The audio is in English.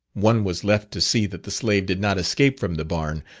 one was left to see that the slave did not escape from the barn,